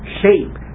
shape